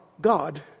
God